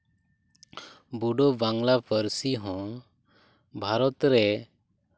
ᱵᱳᱰᱳ ᱵᱟᱝᱞᱟ ᱯᱟᱹᱨᱥᱤ ᱦᱚᱸ ᱵᱷᱟᱨᱚᱛ ᱨᱮ